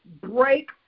break